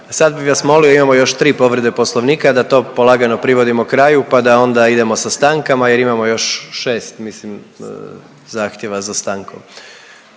sad bi vas molio imamo još tri povrede Poslovnika da to polagano privodimo kraju pa da onda idemo sa stankama jer imamo još 6, mislim, zahtjeva za stankom.